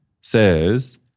says